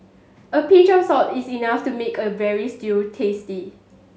a pinch of salt is enough to make a veal stew tasty